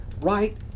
right